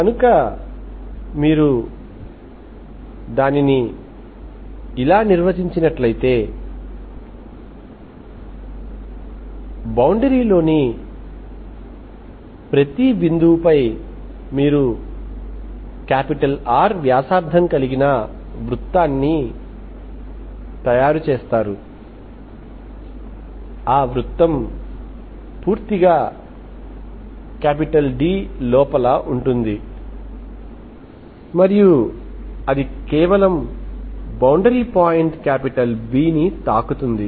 కనుక మీరు దానిని ఇలా నిర్వచించినట్లయితే బౌండరీ లోని ప్రతి బిందువుపై మీరు R వ్యాసార్థం కలిగిన వృత్తాన్ని తయారు చేస్తారు ఆ వృత్తం పూర్తిగా D లోపల ఉంటుంది మరియు అది కేవలం బౌండరీ పాయింట్ B ని తాకుతుంది